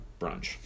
brunch